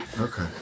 Okay